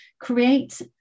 create